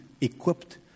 equipped